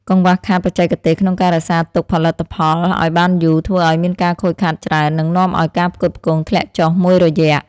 កង្វះខាតបច្ចេកទេសក្នុងការរក្សាទុកកសិផលឱ្យបានយូរធ្វើឱ្យមានការខូចខាតច្រើន និងនាំឱ្យការផ្គត់ផ្គង់ធ្លាក់ចុះមួយរយៈ។